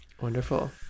Wonderful